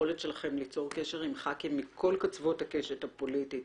היכולת שלכם ליצור קשר עם חברי כנסת מכל קצוות הכנסת הפוליטית